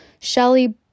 Shelly